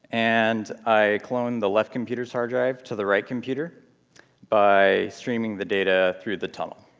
and i cloned the left computer's hard drive to the right computer by streaming the data through the tunnel.